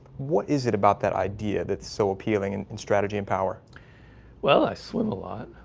what is it about that idea? that's so appealing and and strategy and power well, i swim a lot